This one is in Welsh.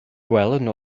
gwelwn